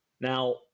Now